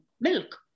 milk